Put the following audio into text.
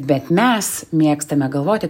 bet mes mėgstame galvoti